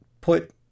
put